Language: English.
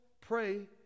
pray